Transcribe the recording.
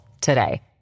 today